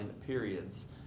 periods